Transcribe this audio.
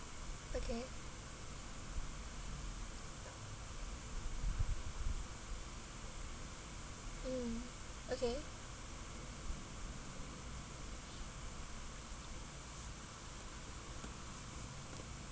okay mm okay